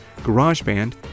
GarageBand